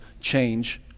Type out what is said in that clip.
change